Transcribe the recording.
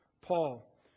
Paul